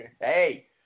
hey